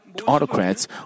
autocrats